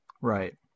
right